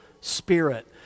spirit